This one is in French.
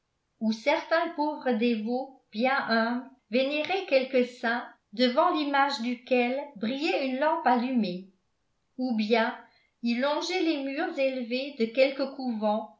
où certains pauvres dévots bien humbles vénéraient quelque saint devant l'image duquel brillait une lampe allumée ou bien ils longeaient les murs élevés de quelque couvent